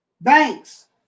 banks